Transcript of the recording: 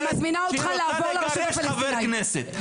מזמינה אותך לעבור לרשות הפלסטינית בהחלט,